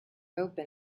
open